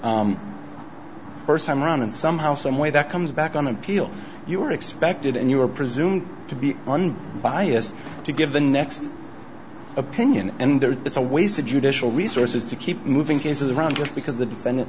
first time around and somehow some way that comes back on appeal you are expected and you are presumed to be on biased to give the next opinion and there it's a waste of judicial resources to keep moving cases around just because the defendant